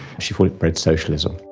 she thought it bred socialism.